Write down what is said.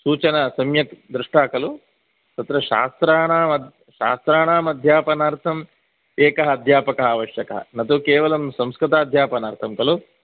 सूचना सम्यक् दृष्टा खलु तत्र शास्त्राणाम् अध् शास्त्राणाम् अध्यापनार्थम् एकः अध्यापकः आवश्यकः न तु केवलं संस्कृताध्यापनार्थं खलु